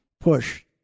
Push